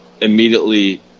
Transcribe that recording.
immediately